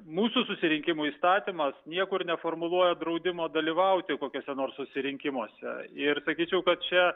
mūsų susirinkimų įstatymas niekur neformuluoja draudimo dalyvauti kokiuose nors susirinkimuose ir sakyčiau kad čia